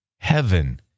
heaven